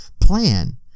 plan